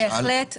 בהחלט כן.